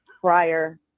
prior